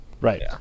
Right